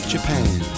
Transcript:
Japan